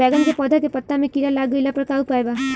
बैगन के पौधा के पत्ता मे कीड़ा लाग गैला पर का उपाय बा?